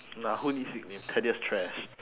nah who needs nicknames thaddeus trash